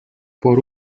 por